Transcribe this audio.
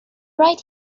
right